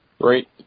Right